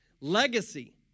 Legacy